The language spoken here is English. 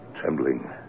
trembling